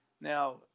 Now